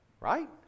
right